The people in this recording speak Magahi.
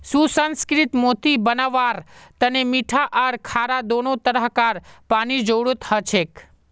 सुसंस्कृत मोती बनव्वार तने मीठा आर खारा दोनों तरह कार पानीर जरुरत हछेक